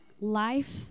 life